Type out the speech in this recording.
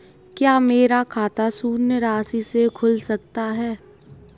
क्या मेरा खाता शून्य राशि से खुल सकता है?